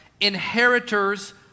inheritors